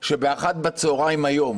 שב-13:00 בצוהריים היום